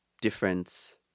different